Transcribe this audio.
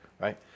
right